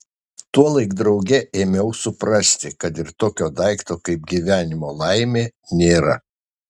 tuolaik drauge ėmiau suprasti kad ir tokio daikto kaip gyvenimo laimė nėra